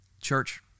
Church